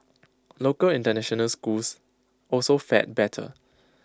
local International schools also fared better